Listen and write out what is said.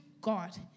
God